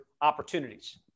opportunities